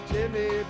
Jimmy